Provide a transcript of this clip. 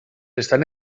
estan